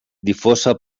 difosa